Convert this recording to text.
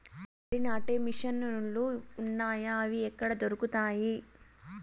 వరి నాటే మిషన్ ను లు వున్నాయా? అవి ఎక్కడ దొరుకుతాయి?